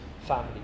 family